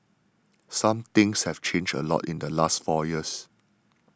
some things have changed a lot in the last four years